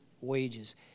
wages